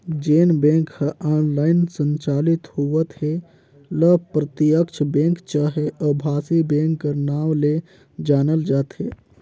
जेन बेंक ह ऑनलाईन संचालित होवत हे ल प्रत्यक्छ बेंक चहे अभासी बेंक कर नांव ले जानल जाथे